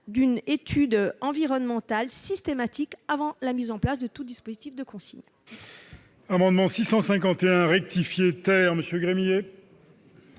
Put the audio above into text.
une étude environnementale systématique avant la mise en place de tout dispositif de consigne.